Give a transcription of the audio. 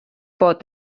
pot